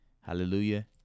Hallelujah